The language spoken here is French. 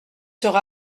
sur